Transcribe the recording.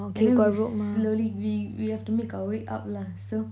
and then slowly we we have to make our way up lah so